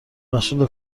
مشغول